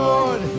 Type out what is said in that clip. Lord